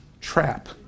trap